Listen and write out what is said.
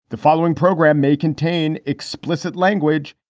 the following program may contain explicit language